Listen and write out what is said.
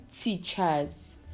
teachers